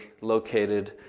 located